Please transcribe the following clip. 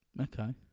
Okay